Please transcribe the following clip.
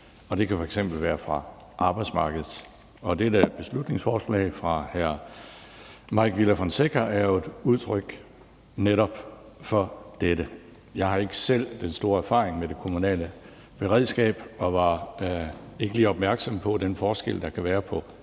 det kan f.eks. være fra arbejdsmarkedet, og dette beslutningsforslag fra hr. Mike Villa Fonseca er jo netop et udtryk for dette. Jeg har ikke selv den store erfaring med det kommunale beredskab, og jeg var ikke lige opmærksom på den forskel, der kan være på